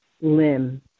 limb